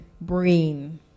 brain